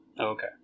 okay